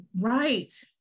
Right